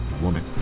woman